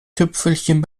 tüpfelchen